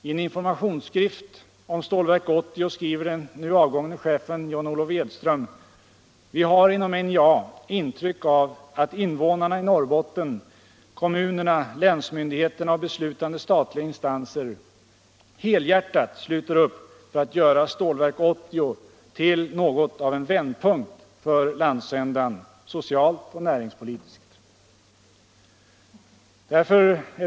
I en informationsskrift om Stålverk 80 skriver den nu avgångne chefen John Olof Edström att NJA har intryck av att invånarna i Norrbotten, kommunerna, länsmyndigheterna och beslutande statliga instanser helhjärtat sluter upp för att göra Stålverk 80 till något av en vändpunkt för landsändan, socialt och näringspolitiskt.